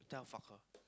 you tell her fuck her